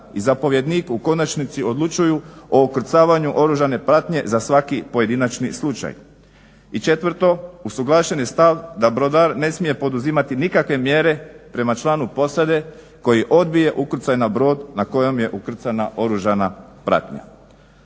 i zapovjednik u konačnici odlučuju o ukrcavanju oružane pratnje za svaki pojedinačni slučaj. I četvrto, usuglašen je stav da brodar ne smije poduzimati nikakve mjere prema članu posade koji odbije ukrcaj na brod na kojem je ukrcana oružana pratnja.